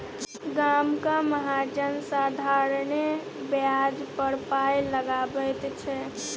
गामक महाजन साधारणे ब्याज पर पाय लगाबैत छै